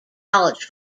college